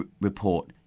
report